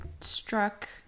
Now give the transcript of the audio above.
struck